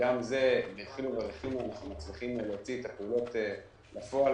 וגם זה בדחילו ורחימו אנחנו מצליחים להוציא את הפעולות לפועל.